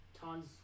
tons